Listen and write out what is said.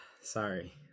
sorry